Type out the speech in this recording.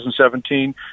2017